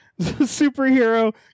superhero